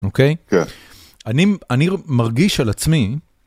אוקיי? כן. אני מרגיש על עצמי...